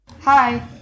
Hi